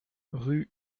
rue